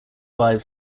five